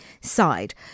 side